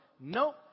Nope